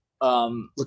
Look